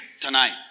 tonight